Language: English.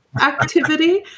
activity